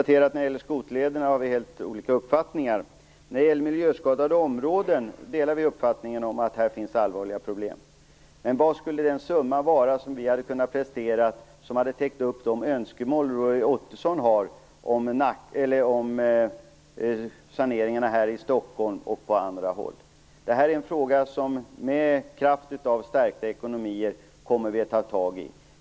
Herr talman! Jag kan konstatera att när det gäller skoterlederna har vi helt olika uppfattningar. När det gäller miljöskadade områden delar vi uppfattningen att det här finns allvarliga problem. Men vilken summa skulle vi ha behövt prestera för att täcka upp de önskemål Roy Ottosson har om saneringar här i Stockholm och på andra håll? Det här är en fråga som vi med kraft av stärkt ekonomi kommer att ta tag i.